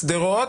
שדרות,